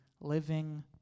living